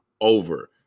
over